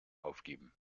aufgeben